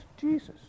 Jesus